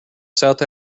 south